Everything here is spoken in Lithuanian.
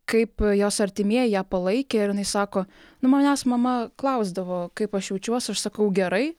kaip jos artimieji ją palaikė ir jinai sako nu manęs mama klausdavo kaip aš jaučiuos aš sakau gerai